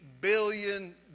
billion